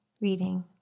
reading